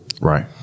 Right